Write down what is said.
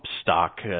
stock